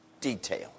detail